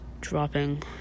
dropping